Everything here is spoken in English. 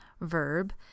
verb